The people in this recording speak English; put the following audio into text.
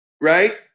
right